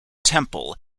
temple